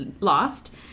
lost